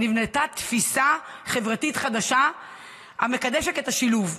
נבנתה תפיסה חברתית חדשה המקדשת את השילוב.